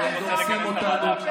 את דורסים אותנו.